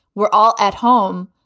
we're all at home.